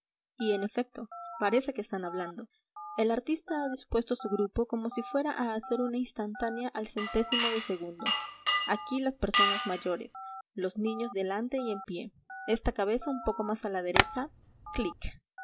y en efecto parece que están hablando el artista ha dispuesto su grupo como si fuera a hacer una instantánea al centésimo de segundo aquí las personas mayores los niños delante y en pie esta cabeza un poco más a la derecha clik